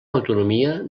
autonomia